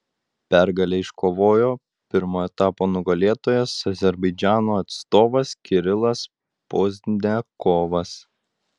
pergalę iškovojo pirmo etapo nugalėtojas azerbaidžano atstovas kirilas pozdniakovas